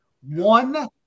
One